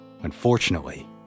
Unfortunately